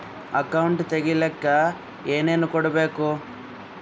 Account ತೆಗಿಲಿಕ್ಕೆ ಏನೇನು ಕೊಡಬೇಕು?